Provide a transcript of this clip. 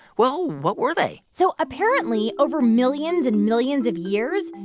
well, what were they? so apparently, over millions and millions of years,